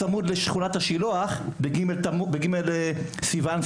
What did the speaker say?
בג׳ בסיוון,